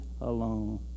alone